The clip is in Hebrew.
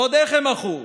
ועוד איך הם מחו.